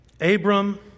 Abram